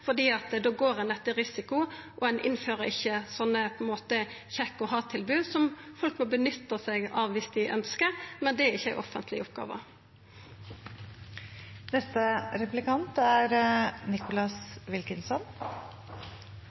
fordi ein da går etter risiko, og ein innfører ikkje sånne – på ein måte – kjekt-å ha-tilbod, som folk får nytta seg av viss dei ønskjer, men det er ikkje ei offentleg oppgåve. I dag er